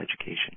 education